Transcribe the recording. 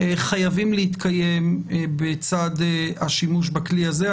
חייבים להתקיים בצד השימוש בכלי הזה.